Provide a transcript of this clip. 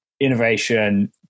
innovation